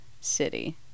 City